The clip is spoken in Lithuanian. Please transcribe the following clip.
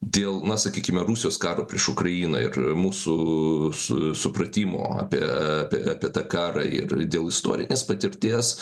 dėl na sakykime rusijos karo prieš ukrainą ir mūsų su supratimo apie apie tą karą ir dėl istorinės patirties